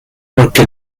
porque